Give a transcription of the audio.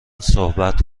صحبت